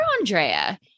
Andrea